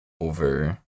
over